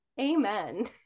Amen